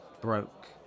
broke